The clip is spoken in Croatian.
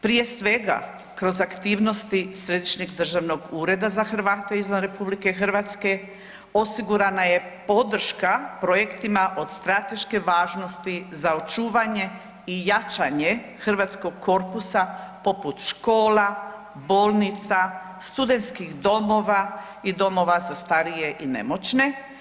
Prije svega kroz aktivnosti Središnjeg državnog ureda za Hrvate izvan RH, osigurana je podrška projektima od strateške važnosti za očuvanje i jačanje hrvatskog korpusa poput škola, bolnica, studentskih domova i domova za starije i nemoćne.